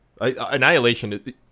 Annihilation